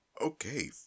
Okay